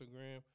Instagram